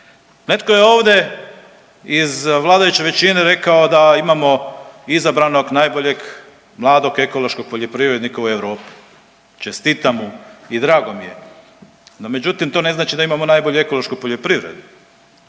Netko je ovdje iz vladajuće većine rekao imamo izabranog najboljeg mladog ekološkog poljoprivrednika u Europi. Čestitam mu i drago mi je. No, međutim to ne znači da imamo najbolju ekološku poljoprivredu.